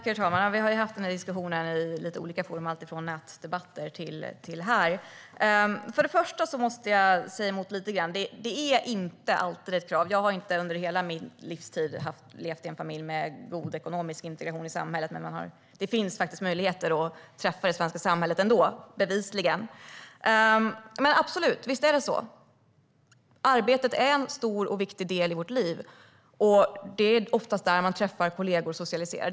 Herr talman! Vi har haft den här diskussionen i olika forum, alltifrån nätdebatter till här i kammaren. Först och främst måste jag få säga emot lite grann. Frågan om ekonomisk integration är inte alltid ett krav. Jag har inte under hela min livstid levt i en familj med god ekonomisk integration i samhället, men det finns faktiskt möjligheter att träffa representanter för det svenska samhället ändå - bevisligen. Men det är absolut så att arbetet är en stor och viktig del i våra liv. Det är oftast där man träffar kollegor och socialiserar.